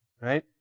right